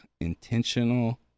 intentional